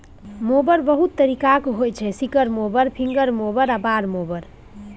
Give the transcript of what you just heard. mower बहुत तरीकाक होइ छै सिकल मोबर, फिंगर मोबर आ बार मोबर